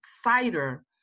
cider